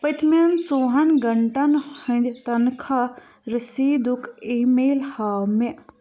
پٔتۍمٮ۪ن ژوٚوُہَن گھنٛٹن ہٕنٛدۍ تنخاہ رِسیٖدُک ای میل ہاو مےٚ